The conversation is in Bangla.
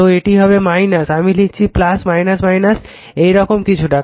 তো এটা হবে - আমি বলেছি এইরকম কিছুটা